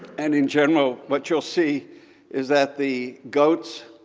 and in general, what you'll see is that the goats,